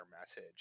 message